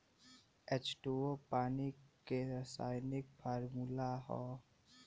H two O पानी के रासायनिक फार्मूला हौ